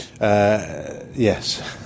yes